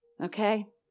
okay